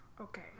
Okay